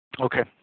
okay